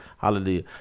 Hallelujah